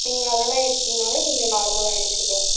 நீங்கள் அதல்லாம் எடுத்திங்கினாலே கொஞ்சம் நார்மலாகிடும் சுகர்